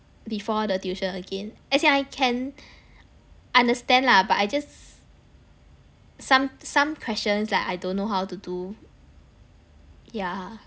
before the tuition again as in I can understand lah but I just some some questions like I don't know how to do yeah